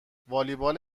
والیبال